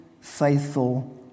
faithful